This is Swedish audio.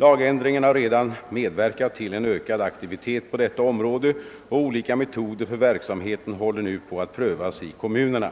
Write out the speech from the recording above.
Lagändringen har redan medverkat till en ökad aktivitet på detta område, och olika metoder för verksamheten håller nu på att prövas i kommunerna.